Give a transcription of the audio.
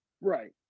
Right